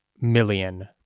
million